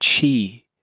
chi